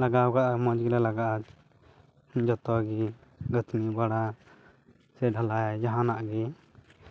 ᱞᱟᱜᱟᱣ ᱦᱚᱸ ᱢᱚᱡᱽ ᱜᱮᱞᱮ ᱞᱟᱜᱟᱜᱼᱟ ᱡᱚᱛᱚᱜᱮ ᱜᱟᱛᱷᱱᱤ ᱵᱟᱲᱟ ᱥᱮ ᱰᱷᱟᱞᱟᱭ ᱡᱟᱦᱟᱱᱟᱜ ᱜᱮ